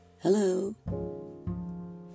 Hello